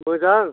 मोजां